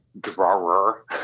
drawer